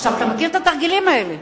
ועכשיו, אתה מכיר את התרגילים האלה.